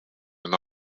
and